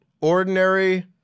ordinary